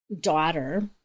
daughter